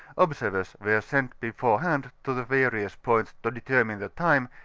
obseryers were sent before hand to the various points to determine the time,